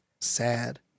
sad